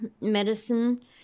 medicine